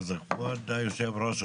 אדוני היושב-ראש,